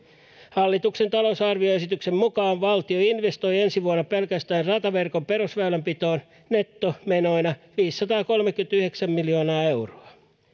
hallituksen talousarvioesityksen mukaan valtio investoi ensi vuonna pelkästään rataverkon perusväylänpitoon nettomenoina viisisataakolmekymmentäyhdeksän miljoonaa euroa